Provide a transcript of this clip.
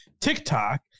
TikTok